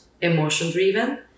emotion-driven